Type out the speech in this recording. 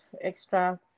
extra